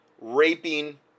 raping